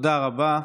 תודה רבה.